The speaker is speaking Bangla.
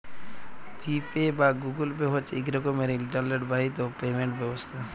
জি পে বা গুগুল পে হছে ইক রকমের ইলটারলেট বাহিত পেমেল্ট ব্যবস্থা